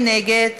מי נגד?